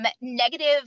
negative